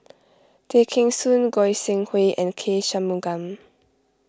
Tay Kheng Soon Goi Seng Hui and K Shanmugam